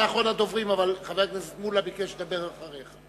אתה אחרון הדוברים אבל חבר הכנסת מולה ביקש לדבר אחריך.